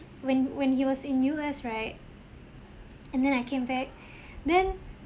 when when he was in U_S right and then I came back then